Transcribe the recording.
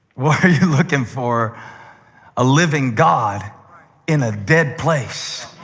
why are you looking for a living god in a dead place,